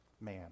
man